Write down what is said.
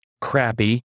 crappy